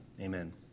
Amen